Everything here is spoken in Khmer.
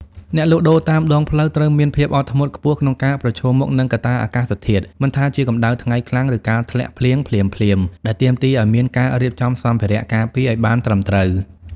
អ្នកលក់ដូរតាមដងផ្លូវត្រូវមានភាពអត់ធ្មត់ខ្ពស់ក្នុងការប្រឈមមុខនឹងកត្តាអាកាសធាតុ មិនថាជាកម្ដៅថ្ងៃខ្លាំង ឬការធ្លាក់ភ្លៀងភ្លាមៗ ដែលទាមទារឱ្យមានការរៀបចំសម្ភារៈការពារឱ្យបានត្រឹមត្រូវ។